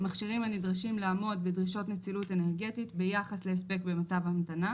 "מכשירים הנדרשים לעמוד בדרישות נצילות אנרגטית ביחס להספק במצב המתנה".